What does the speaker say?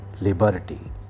liberty